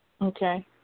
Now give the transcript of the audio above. Okay